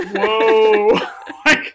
whoa